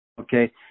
Okay